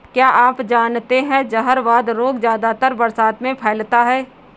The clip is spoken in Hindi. क्या आप जानते है जहरवाद रोग ज्यादातर बरसात में फैलता है?